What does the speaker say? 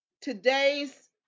today's